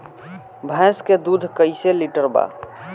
भैंस के दूध कईसे लीटर बा?